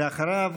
ואחריו,